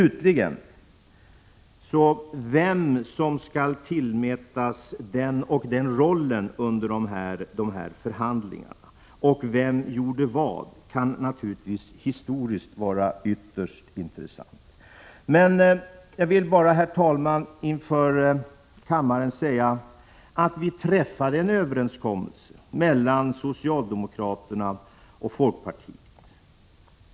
1986/87:133 Slutligen: Vem som skall tillskrivas den eller den rollen under förhandling = 1 juni 1987 arna och vem som gjorde vad kan naturligtvis historiskt vara ytterst intressant. Jag vill bara, herr talman, inför kammaren säga att en överenskommelse mellan socialdemokrater och folkpartister träffades.